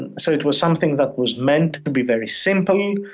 and so it was something that was meant to be very simple,